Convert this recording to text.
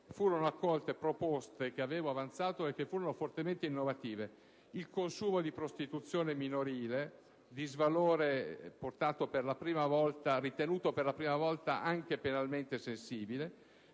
furono accolte proposte che avevo avanzato e che furono fortemente innovative: il consumo di prostituzione minorile, disvalore ritenuto per la prima volta anche penalmente sensibile,